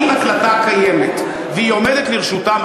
שאם הקלטה קיימת והיא עומדת לרשותם,